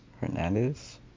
Hernandez